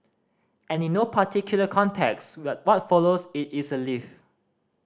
and in no particular context but what follows it is a leaf